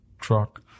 truck